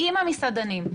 עם המסעדנים,